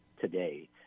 today